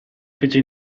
fece